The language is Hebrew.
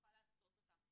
נוכל לעשות אותם,